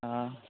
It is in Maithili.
हँ